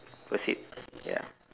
that's it ya